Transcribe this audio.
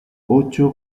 ocho